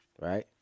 right